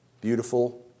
beautiful